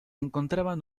encontraban